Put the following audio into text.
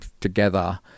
together